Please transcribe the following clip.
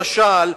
למשל,